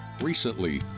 Recently